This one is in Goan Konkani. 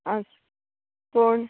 आं कोण